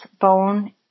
bone